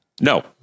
No